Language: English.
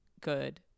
good